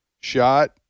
shot